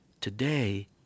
Today